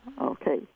Okay